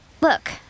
Look